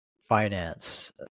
finance